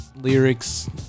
lyrics